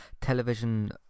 television